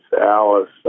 Alice